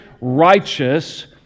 righteous